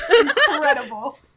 Incredible